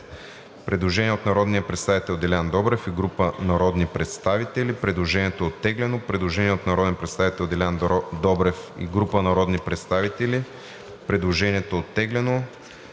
направено от народния представител Делян Добрев и група народни представители. Предложението да касае,